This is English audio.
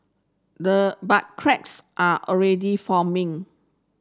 the but cracks are already forming